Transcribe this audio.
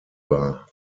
war